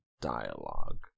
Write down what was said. dialogue